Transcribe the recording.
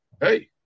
hey